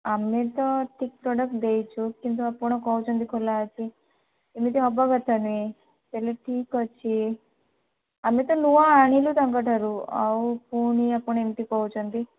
ଆମେ ତ ଠିକ୍ ପ୍ରଡ଼କ୍ଟ ଦେଇଛୁ କିନ୍ତୁ ଆପଣ କହୁଛନ୍ତି ଖୋଲାଅଛି ଏମିତି ହେବା କଥା ନୁହେଁ ତା'ହେଲେ ଠିକ୍ ଅଛି ଆମେ ତ ନୂଆ ଆଣିଲୁ ତାଙ୍କ ଠାରୁ ଆଉ ପୁଣି ଆପଣ ଏମିତି କହୁଛନ୍ତି